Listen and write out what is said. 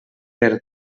per